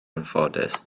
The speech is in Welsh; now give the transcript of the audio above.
anffodus